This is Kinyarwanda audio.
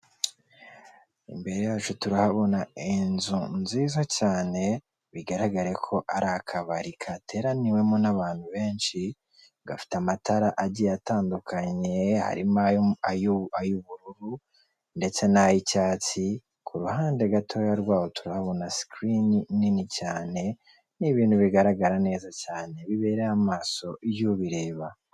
Imbere yacu turahabona inzu nziza cyane, bigaragare ko ari akabari kateraniwemo n'abantu benshi. Gafite amatara agiye atandukanye harimo ay'ubururu ndetse n'ay'icyatsi, ku ruhande gatoya rwaho turabona sikurini nini cyane. Ni ibintu bigaragara neza cyane bibereye amaso y'ubireba.